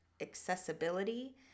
Accessibility